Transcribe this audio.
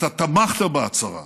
תמכת בהצהרה